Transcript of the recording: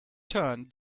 turn